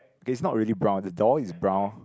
okay it's not really brown the door is brown